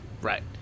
Right